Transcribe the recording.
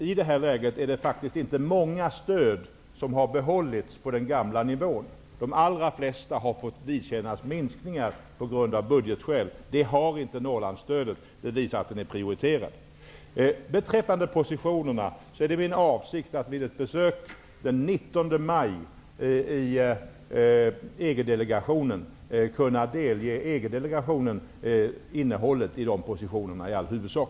I nuvarande läge är det faktiskt inte många stöd som har behållits på tidigare nivå. De allra flesta stöden har på grund av budgetskäl fått vidkännas minskningar. Så är inte fallet för Norrlandsstödet, vilket visar att det stödet är prioriterat. Vad gäller positionerna, är det min avsikt att vid ett besök den 19 maj i EG-delegationen delge ledamöterna i EG-delegationen innehållet i positionerna i huvudsak.